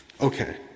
Okay